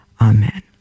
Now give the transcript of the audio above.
Amen